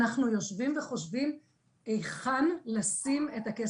אנחנו יושבים וחושבים היכן לשים את הכסף.